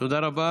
תודה רבה